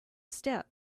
step